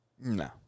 No